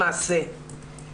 למעשה,